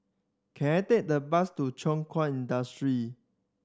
can I take the bus to Thow Kwang Industry